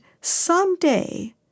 someday